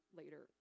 later